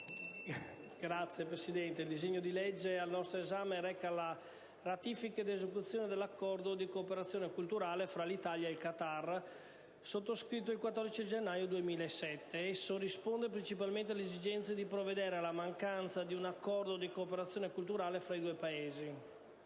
Signor Presidente, il disegno di legge al nostro esame reca la ratifica ed esecuzione dell'Accordo di cooperazione culturale fra l'Italia e il Qatar sottoscritto il 14 gennaio 2007. Esso risponde principalmente alle esigenze di provvedere alla mancanza di un Accordo di cooperazione culturale fra i due Paesi;